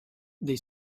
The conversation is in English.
they